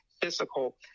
physical